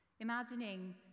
Imagining